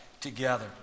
together